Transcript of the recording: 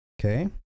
Okay